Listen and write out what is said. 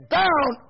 down